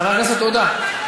חבר הכנסת עודה,